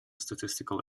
statistical